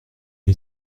est